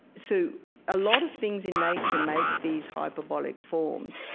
so a lot of things in nature make these hyperbolic forms.